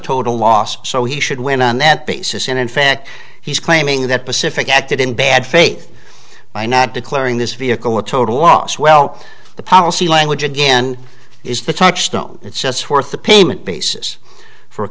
total loss so he should win on that basis and in fact he's claiming that pacific acted in bad faith by not declaring this vehicle a total loss well the policy language again is the touchstone it sets forth the payment basis for a